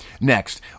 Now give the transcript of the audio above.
next